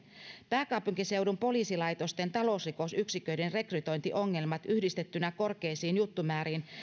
pääkaupunkiseudun poliisilaitosten talousrikosyksiköiden rekrytointiongelmat yhdistettynä korkeisiin juttumääriin